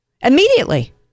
immediately